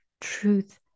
truth